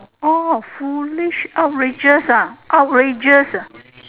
orh foolish outrageous ah outrageous uh